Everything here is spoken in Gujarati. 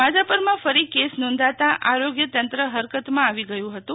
માધાપરમાં ફરી કેસ નોંધાતા આરોગ્ય તંત્ર હરકતમાં આવી ગયુ હતું